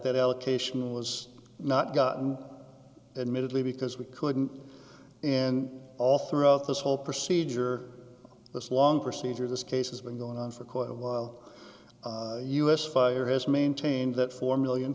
that allocation was not gotten admittedly because we couldn't and all throughout this whole procedure this long procedure this case has been going on for quite a while u s fire has maintained that four million